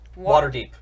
Waterdeep